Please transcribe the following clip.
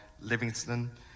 livingston